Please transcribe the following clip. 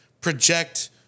project